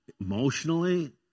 emotionally